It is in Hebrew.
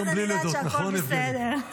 ואז אני יודעת שהכול בסדר.